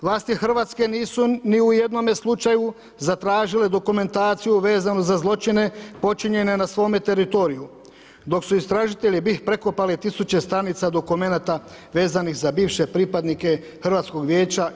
Vlasti RH nisu ni u jednome slučaju zatražile dokumentaciju vezanu za zločine počinjene na svome teritoriju, dok su istražitelji BIH prekopali tisuće stranica dokumenata vezanih za bivše pripadnike HVO-a.